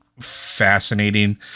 fascinating